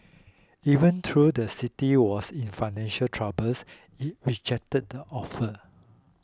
even though the city was in financial troubles it rejected the offer